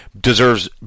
deserves